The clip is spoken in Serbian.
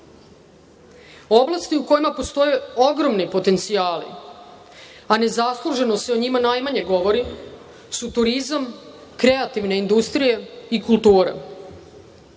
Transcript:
oblasti u kojima postoje ogromni potencijali, a nezasluženo se o njima najmanje govori su turizam, kreativna industrija i kultura.